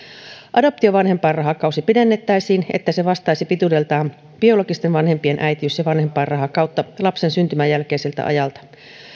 adoptiovanhempainrahakautta pidennettäisiin niin että se vastaisi pituudeltaan biologisten vanhempien äitiys ja vanhempainrahakautta lapsen syntymän jälkeiseltä ajalta